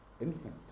infant